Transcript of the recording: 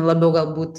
labiau galbūt